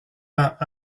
vingt